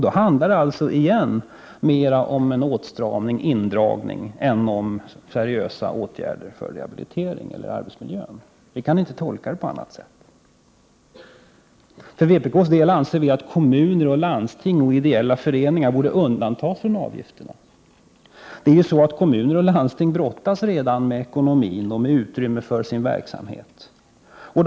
Då handlar det återigen mer om en åtstramning och indragning än om seriösa åtgärder för rehabilitering eller för arbetsmiljön. Jag kan inte tolka detta på annat sätt. För vpk:s del anser vi att kommuner, landsting och ideella föreningar borde undantas från avgifterna. Kommuner och landsting brottas redan med ekonomin och med utrymmet för verksamheten.